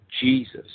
Jesus